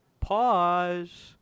Pause